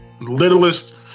littlest